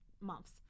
months